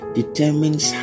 determines